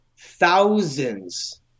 thousands